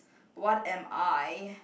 what am I